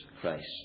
Christ